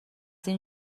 این